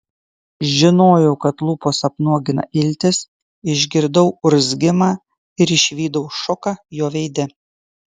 žinojau kad lūpos apnuogina iltis išgirdau urzgimą ir išvydau šoką jo veide